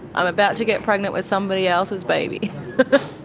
i'm about to get pregnant with somebody else's baby.